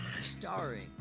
starring